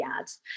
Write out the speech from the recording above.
ads